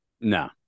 No